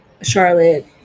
Charlotte